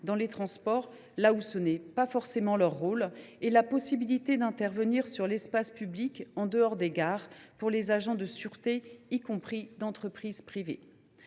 dans les transports, là où ce n’est pas forcément leur rôle, et à la possibilité d’intervenir dans l’espace public, en dehors des gares, pour les agents de sûreté, y compris d’entreprises privées.